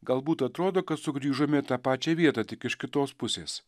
galbūt atrodo kad sugrįžome į tą pačią vietą tik iš kitos pusės